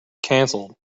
canceled